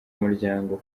umuryango